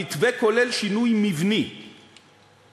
המתווה כולל שינוי מבני ב"תמר":